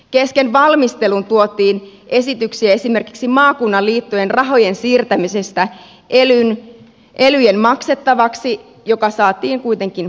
kesken valmistelun tuotiin esityksiä esimerkiksi maakunnan liittojen rahojen siirtämisestä elyjen maksettavaksi mikä saatiin kuitenkin poistettua sieltä